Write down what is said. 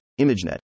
ImageNet